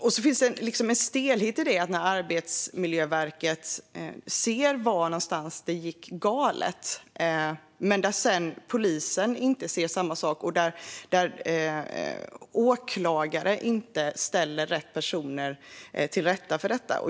Det finns en stelhet i att Arbetsmiljöverket har sett var någonstans det gick galet, polisen har sedan inte sett samma sak och åklagaren har inte ställt rätt personer inför rätta.